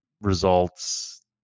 results